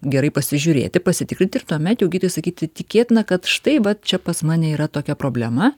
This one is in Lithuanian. gerai pasižiūrėti pasitikrinti ir tuomet jau gydytojai sakyti tikėtina kad štai vat čia pas mane yra tokia problema